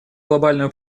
глобальную